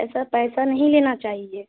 ऐसा पैसा नहीं लेना चाहिए